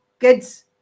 kids